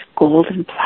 golden